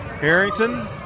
Harrington